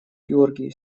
георгий